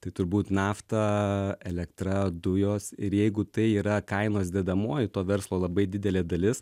tai turbūt nafta elektra dujos ir jeigu tai yra kainos dedamoji to verslo labai didelė dalis